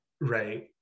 Right